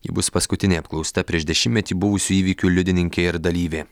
ji bus paskutinė apklausta prieš dešimtmetį buvusių įvykių liudininkė ir dalyvė